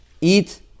eat